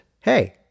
Hey